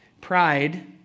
Pride